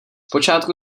počátku